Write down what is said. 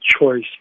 choice